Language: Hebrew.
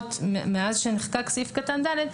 לפחות מאז נחוקק סעיף קטן (ד),